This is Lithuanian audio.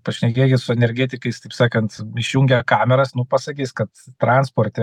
pašnekėkit su energetikais taip sakant išjungė kameras nu pasakys kad transporte